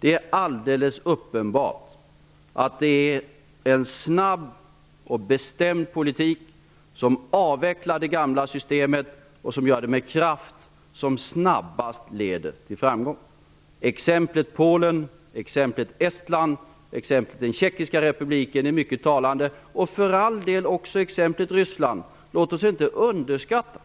Det är alldeles uppenbart att det som snabbast leder till framgång är en snabb och bestämd politik som avvecklar det gamla systemet. Exemplen Polen, Estland och den Tjeckiska republiken är mycket talande, och för all del också exemplet Ryssland. Låt oss inte underskatta